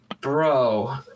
Bro